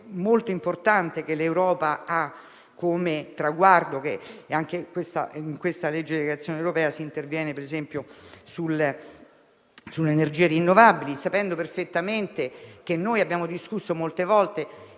molto importante, che l'Europa ha come traguardo. Con questa legge di delegazione europea si interviene, per esempio, sulle energie rinnovabili, sapendo perfettamente che noi abbiamo discusso molte volte